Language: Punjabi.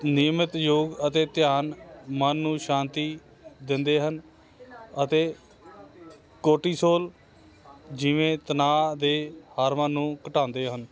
ਨਿਯਮਿਤ ਯੋਗ ਅਤੇ ਧਿਆਨ ਮਨ ਨੂੰ ਸ਼ਾਂਤੀ ਦਿੰਦੇ ਹਨ ਅਤੇ ਕੋਟੀਸੋਲ ਜਿਵੇਂ ਤਨਾਅ ਦੇ ਹਾਰਮੋਨ ਨੂੰ ਘਟਾਉਂਦੇ ਹਨ